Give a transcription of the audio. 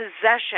possession